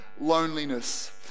loneliness